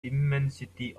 immensity